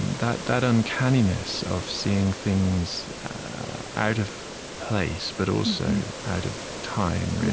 that that uncanniness of seeing things out of place but also out of time, really,